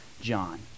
John